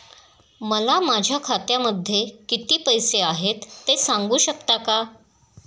मला माझ्या खात्यामध्ये किती पैसे आहेत ते सांगू शकता का?